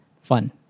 fun